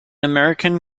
american